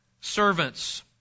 servants